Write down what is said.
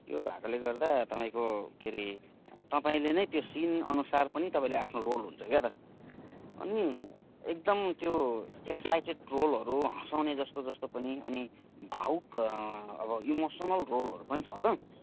त्यो भएकोले गर्दा तपाईँको के अरे तपाईँले नै त्यो सिनअनुसार पनि तपाईँले आफ्नो रोल हुन्छ क्या त अनि एकदम त्यो एक्साइटेड रोलहरू हँसाउने जस्तो जस्तो पनि अनि भावुक अब इमोसनल रोलहरू पनि छ त